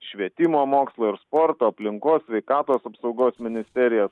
švietimo mokslo ir sporto aplinkos sveikatos apsaugos ministerijas